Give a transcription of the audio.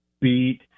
beat